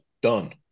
Done